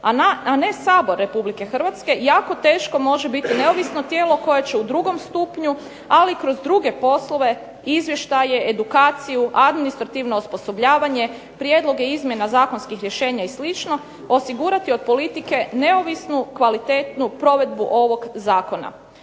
a ne Sabor Republike Hrvatske jako teško može biti neovisno tijelo koje će u drugom stupnju ali kroz druge poslove, izvještaje, edukaciju, administrativno osposobljavanje, prijedloge izmjena zakonskih rješenja i sl. osigurati od politike neovisnu, kvalitetnu provedbu ovoga zakona.